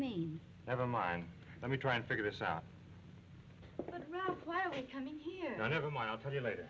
mean never mind let me try and figure this out never mind i'll tell you l